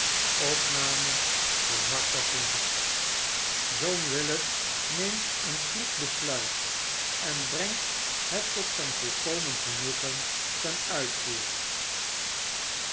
john willet neemt een kloek besluit en brengt het tot zijn volkomen genoegen ten uitvoer